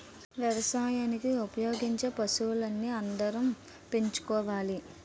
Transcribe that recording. వ్యవసాయానికి ఉపయోగించే పశువుల్ని అందరం పెంచుకోవాలి